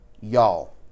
Y'all